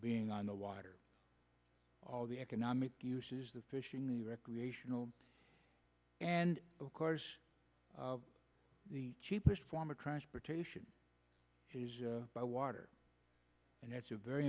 being on the water all the economic uses the fishing the recreational and of course the cheapest form of transportation by water and that's a very